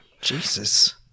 Jesus